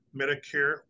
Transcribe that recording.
Medicare